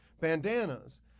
Bandanas